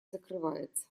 закрывается